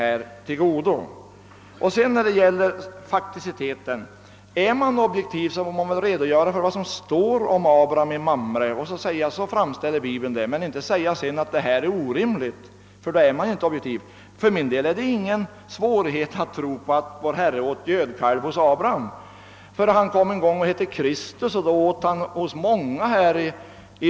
Vad beträffar fakticiteten frågar jag: Om man skall vara objektiv, måste man väl redogöra för vad som står om Ab raham i Mamre och säga att så framställer Bibeln det? Men man skall inte sedan säga, att det är orimligt, ty då är man inte objektiv. För mig är det ingen svårighet att tro på att vår Herre åt gödkalv hos Abraham, ty han kom en gång som Kristus och då åt han hos många.